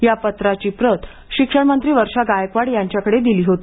या पत्राची प्रत शिक्षणमंत्री वर्षा गायकवाड यांच्याकडे दिली होती